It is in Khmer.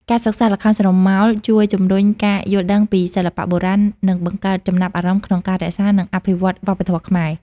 ការសិក្សាល្ខោនស្រមោលជួយជំរុញការយល់ដឹងពីសិល្បៈបុរាណ និងបង្កើតចំណាប់អារម្មណ៍ក្នុងការរក្សា និងអភិវឌ្ឍវប្បធម៌ខ្មែរ។